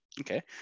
Okay